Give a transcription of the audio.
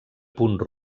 punt